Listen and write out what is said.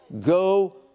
Go